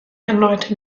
erneute